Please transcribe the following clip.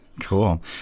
Cool